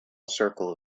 circle